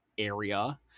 Area